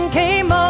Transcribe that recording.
came